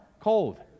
cold